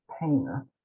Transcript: painter